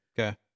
Okay